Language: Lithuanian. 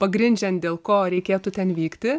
pagrindžiant dėl ko reikėtų ten vykti